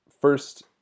first